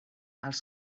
els